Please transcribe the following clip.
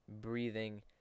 breathing